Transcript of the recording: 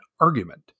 argument